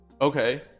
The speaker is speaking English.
Okay